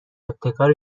ابتکار